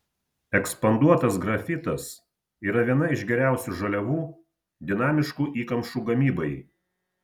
ekspanduotas grafitas yra viena iš geriausių žaliavų dinamiškų įkamšų gamybai